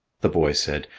the boy said,